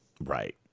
Right